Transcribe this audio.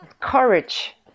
Courage